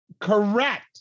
Correct